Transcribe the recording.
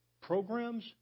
programs